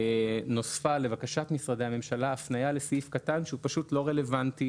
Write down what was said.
נוספה לבקשת משרדי הממשלה הפניה לסעיף קטן שהוא פשוט לא רלוונטי